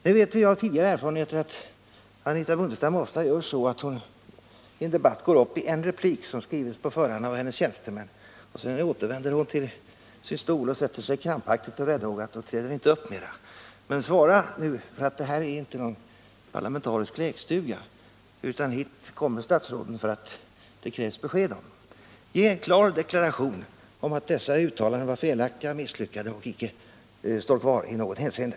Vi vet ju av tidigare erfarenheter att Anitha Bondestam ofta gör så att hon i en debatt går upp i en replik, som skrivits på förhand av hennes tjänstemän. Sedan återvänder hon till sin stol, sätter sig där krampaktigt och räddhågad och ställer inte upp mera. Men svara nu, för det här är inte någon parlamentarisk lekstuga, utan hit kommer statsråden för att det krävs besked av dem. Ge en klar deklaration om att dessa uttalanden var felaktiga och misslyckade och att de icke kvarstår i något hänseende.